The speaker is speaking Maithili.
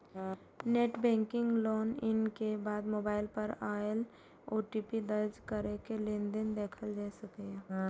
नेट बैंकिंग लॉग इन के बाद मोबाइल पर आयल ओ.टी.पी दर्ज कैरके लेनदेन देखल जा सकैए